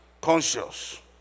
conscious